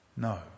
No